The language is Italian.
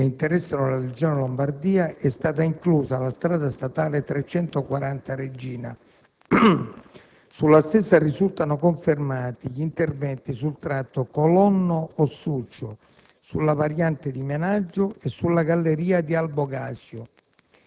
che interessano la Regione Lombardia, è stata inclusa la strada statale 340 "Regina". Sulla stessa risultano confermati gli interventi sul tratto Colonno-Ossuccio, sulla variante di Menaggio e sulla galleria di Albogasio.